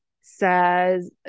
says